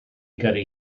gyrru